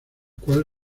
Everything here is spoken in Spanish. cual